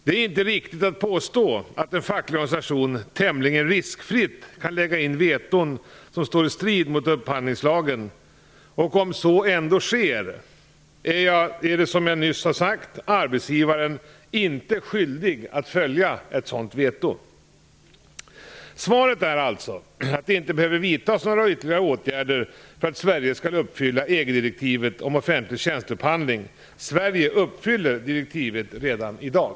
Det är inte riktigt att påstå att en facklig organisation tämligen riskfritt kan lägga in veton som står i strid mot upphandlingslagen. Om så ändå sker är, som jag nyss har sagt, arbetsgivaren inte skyldig att följa ett sådant veto. Svaret är alltså att det inte behöver vidtas några ytterligare åtgärder för att Sverige skall uppfylla EG direktivet om offentlig tjänsteupphandling. Sverige uppfyller direktivet redan i dag.